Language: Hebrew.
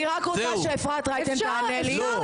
אני רק רוצה שאפרת רייטן תענה לי.